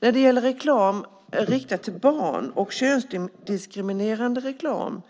När det gäller reklam riktad till barn och könsdiskriminerande reklam